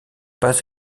pas